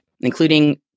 including